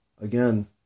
Again